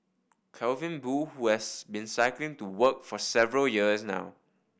Calvin Boo who has been cycling to work for several years now